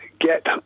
get